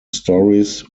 stories